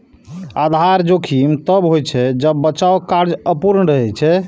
आधार जोखिम तब होइ छै, जब बचाव कार्य अपूर्ण रहै छै